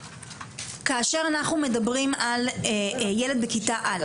כאשר אנחנו מדברים על ילד בכיתה א',